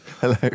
Hello